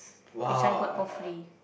which I got for free